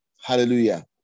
Hallelujah